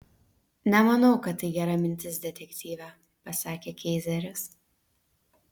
nemanau kad tai gera mintis detektyve pasakė keizeris